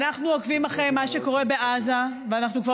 אנחנו עוקבים אחרי מה שקורה בעזה ואנחנו כבר